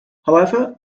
however